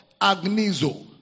Agnizo